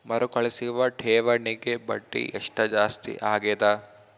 ಮರುಕಳಿಸುವ ಠೇವಣಿಗೆ ಬಡ್ಡಿ ಎಷ್ಟ ಜಾಸ್ತಿ ಆಗೆದ?